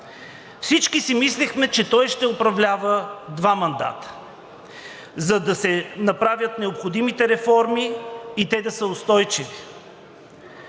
всички си мислехме, че той ще управлява два мандата, за да се направят необходимите реформи и те да са устойчиви.